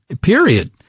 period